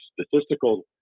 statistical